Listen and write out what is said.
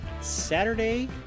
Saturday